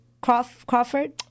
Crawford